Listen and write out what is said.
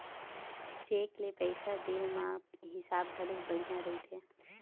cheque ले पइसा दे म हिसाब घलोक बड़िहा रहिथे